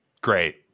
Great